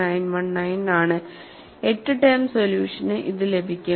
എട്ട് ടേം സൊല്യൂഷനു ഇത് ലഭിക്കും